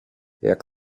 jak